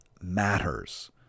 matters